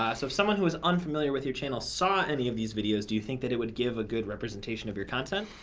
if someone who is unfamiliar with your channel saw any of these videos, do you think that it would give a good representation of your content?